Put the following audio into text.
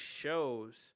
shows